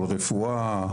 על רפואה,